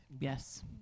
Yes